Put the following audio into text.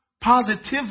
positively